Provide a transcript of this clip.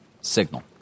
signal